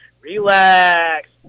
Relax